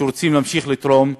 שרוצים להמשיך לתרום,